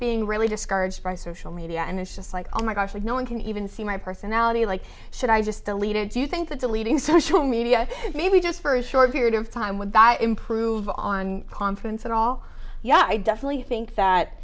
being really discouraged by social media and it's just like oh my gosh no one can even see my personality like should i just delete or do you think that's a leading social media maybe just for a short period of time with improve on conference and all yeah i definitely think that